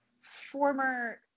former